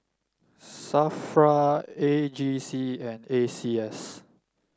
Safra A G C and A C S